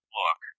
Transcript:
look